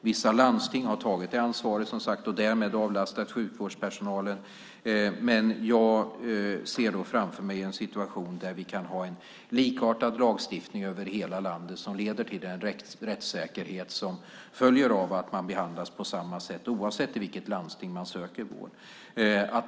Vissa landsting har som sagt tagit detta ansvar och därmed avlastat sjukvårdspersonalen. Men jag ser då framför mig en situation där vi kan ha en likartad lagstiftning över hela landet som leder till den rättssäkerhet som följer av att man behandlas på samma sätt oavsett i vilket landsting som man söker vård.